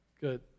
Good